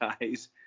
guys